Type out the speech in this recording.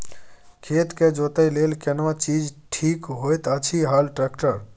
खेत के जोतय लेल केना चीज ठीक होयत अछि, हल, ट्रैक्टर?